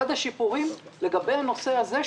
אחד השיפורים לגבי הנושא הזה,